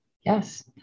Yes